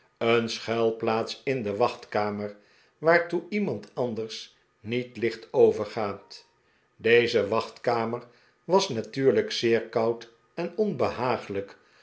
een schuilplaats in de wachtkamer waartoe iemand anders niet licht overgaat deze wachtkamer was natuurlijk zeer koud en